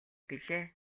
билээ